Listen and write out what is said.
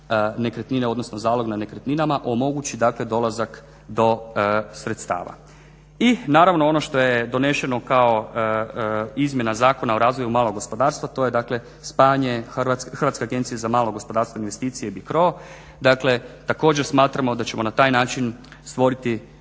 nekretnine, odnosno zalog na nekretninama omogući dakle dolazak do sredstava. I naravno ono što je donešeno kao izmjena Zakona o razvoju malog gospodarstva to je dakle spajanje Hrvatske agencije za malo gospodarstvo i investicije BICRO. Dakle, također smatramo da ćemo na taj način stvoriti